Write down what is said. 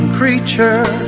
creature